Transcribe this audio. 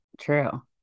True